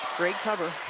great cover.